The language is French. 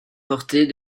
porter